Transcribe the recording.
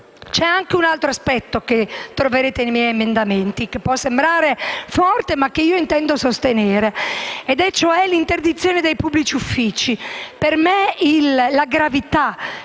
C'è anche un altro aspetto che troverete nei miei emendamenti, che può sembrare forte ma che intendo sostenere, ed è l'interdizione dai pubblici uffici. Per me la gravità